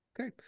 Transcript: Okay